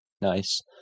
nice